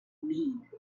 mean